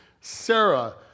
Sarah